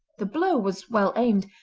the blow was well aimed,